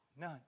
None